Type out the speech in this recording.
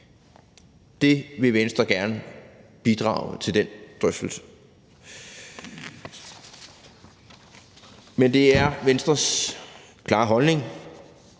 vil Venstre gerne bidrage til, men det er Venstres klare holdning,